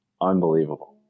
Unbelievable